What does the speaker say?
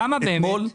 למה באמת?